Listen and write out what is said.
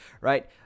right